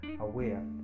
aware